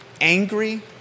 angry